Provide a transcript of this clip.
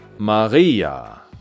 maria